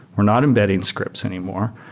we're not embedding scripts anymore.